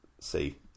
see